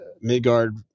Midgard